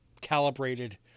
calibrated